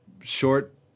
short